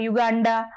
Uganda